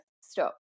stop